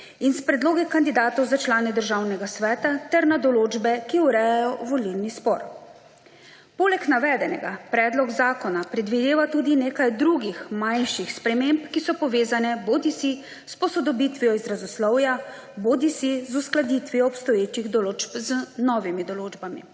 in s predlogi kandidatov za člane Državnega sveta ter na določbe, ki urejajo volilni spor. Poleg navedenega predlog zakona predvideva tudi nekaj drugih manjših sprememb, ki so povezane bodisi s posodobitvijo izrazoslovja bodisi z uskladitvijo obstoječih določb z novimi določbami.